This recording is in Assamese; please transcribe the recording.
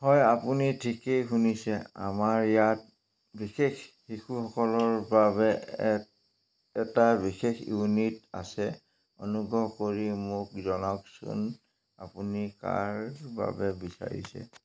হয় আপুনি ঠিকেই শুনিছে আমাৰ ইয়াত বিশেষ শিশুসকলৰ বাবে এট এটা বিশেষ ইউনিট আছে অনুগ্ৰহ কৰি মোক জনাওকচোন আপুনি কাৰ বাবে বিচাৰিছে